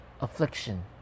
affliction